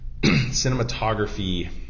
cinematography